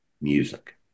music